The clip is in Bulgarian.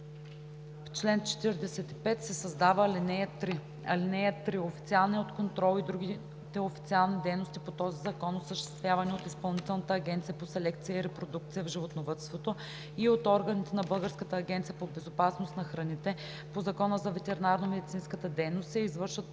в чл. 45 се създава ал. 3: „(3) Официалният контрол и другите официални дейности по този закон, осъществявани от Изпълнителната агенция по селекция и репродукция в животновъдството и от органите на Българската агенция по безопасност на храните по Закона за ветеринарномедицинската дейност, се извършват